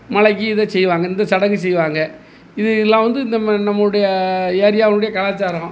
மழைக்கி இதை செய்வாங்க இந்த சடங்கு செய்வாங்க இது எல்லாம் வந்து இந்த ம நம்முடைய ஏரியாவினுடைய கலாச்சாரம்